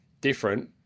different